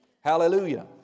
Hallelujah